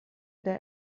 der